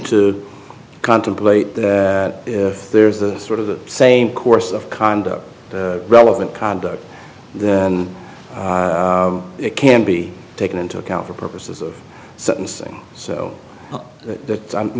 to contemplate that if there is a sort of the same course of conduct relevant conduct then it can be taken into account for purposes of sentencing so that